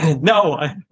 no